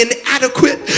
inadequate